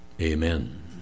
Amen